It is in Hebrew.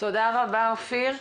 תודה רבה, אופיר.